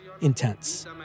intense